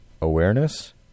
awareness